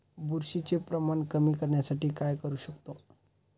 बुरशीचे प्रमाण कमी करण्यासाठी काय करू शकतो?